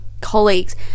colleagues